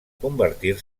convertir